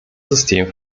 system